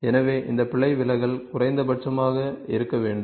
எனவே இந்த பிழை விலகல் குறைந்தபட்சமாக இருக்க வேண்டும்